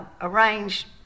arranged